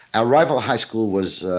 ah rival high school was.